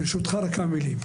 ברשותך רק כמה מילים.